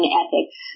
ethics